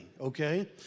Okay